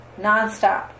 nonstop